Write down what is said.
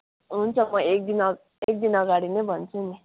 हुन्छ म एक दिनअघि एक दिनअगाडि नै भन्छु नि